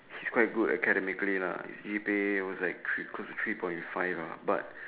he's quite good academically lah his G_P_A was like three three point five lah but